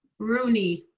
rooney.